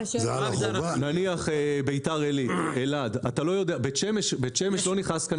נניח ביתר עילית, אלעד, בית שמש לא נכנסה לכאן.